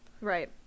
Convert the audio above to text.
Right